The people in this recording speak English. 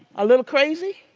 a little crazy,